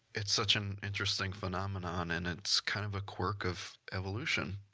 it's such an interesting phenomenon and it's kind of a quirk of evolution.